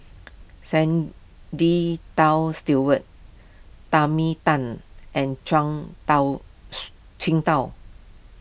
Stewart Tan and Zhuang Tao